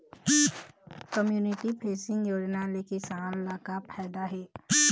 Community facing योजना ले किसान ल का फायदा हे?